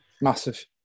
Massive